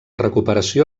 recuperació